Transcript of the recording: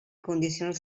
condicions